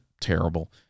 terrible